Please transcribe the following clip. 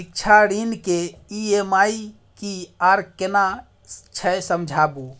शिक्षा ऋण के ई.एम.आई की आर केना छै समझाबू?